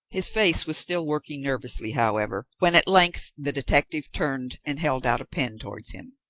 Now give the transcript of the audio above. his face was still working nervously, however, when at length the detective turned and held out a pen towards him.